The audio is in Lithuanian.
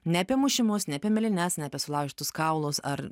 ne apie mušimus ne apie mėlynes ne apie sulaužytus kaulus ar